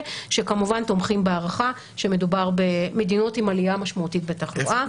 שכמובן תומכים בהארכה כשמדובר במדינות עם עלייה משמעותית בתחלואה.